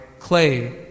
Clay